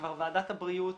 כבר ועדת הבריאות,